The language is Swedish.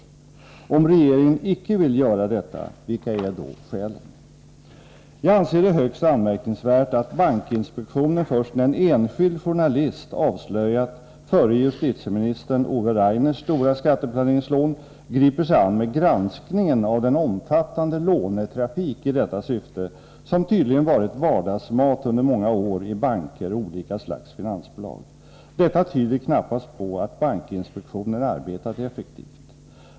Om regeringen icke vill göra detta, vilka är då skälen? Jag anser det högst anmärkningsvärt att bankinspektionen först när en enskild journalist avslöjat förre justitieministern Ove Rainers stora skatteplaneringslån griper sig an med granskningen av den omfattande lånetrafik i detta syfte som tydligen varit vardagsmat under många år i banker och olika slags finansbolag. Detta tyder knappast på att bankinspektionen arbetat effektivt.